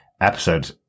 episode